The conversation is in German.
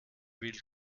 will